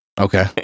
Okay